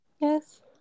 Yes